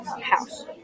house